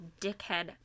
dickhead